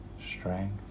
strength